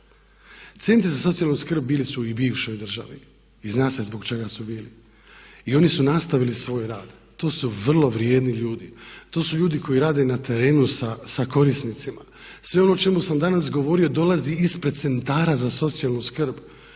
Centri za socijalnu skrb bili su i u bivšoj državi i zna se zbog čega su bili i ono su nastavili svoj rad. To su vrlo vrijedni ljudi. To su ljudi koji rade na terenu sa korisnicima. Sve ono o čemu sam danas govorio dolazi ispred centara za socijalnu skrb.